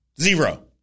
Zero